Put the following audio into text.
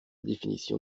définition